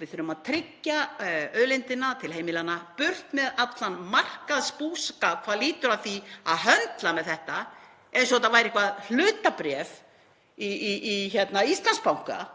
Við þurfum að tryggja auðlindina til heimilanna. Burt með allan markaðsbúskap hvað lýtur að því að höndla með þetta eins og þetta sé eitthvert hlutabréf í Íslandsbanka.